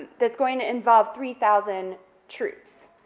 that's going to involve three thousand troops.